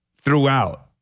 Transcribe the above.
throughout